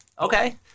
Okay